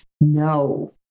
No